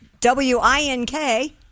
W-I-N-K